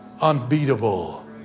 unbeatable